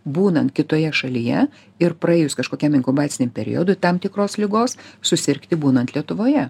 būnant kitoje šalyje ir praėjus kažkokiam inkubaciniam periodui tam tikros ligos susirgti būnant lietuvoje